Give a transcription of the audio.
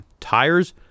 Tires